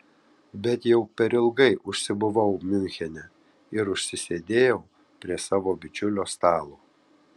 bet jau per ilgai užsibuvau miunchene ir užsisėdėjau prie savo bičiulio stalo